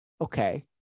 Okay